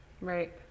Right